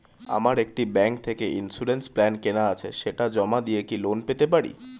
আমার একটি ব্যাংক থেকে ইন্সুরেন্স প্ল্যান কেনা আছে সেটা জমা দিয়ে কি লোন পেতে পারি?